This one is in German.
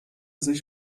sich